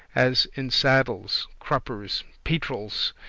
as in saddles, cruppers, peytrels,